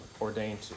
ordained